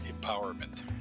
empowerment